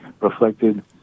reflected